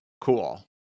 cool